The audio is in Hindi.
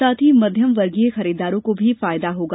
साथ ही मध्यम वर्गीय खरीदारों को भी फायदा होगा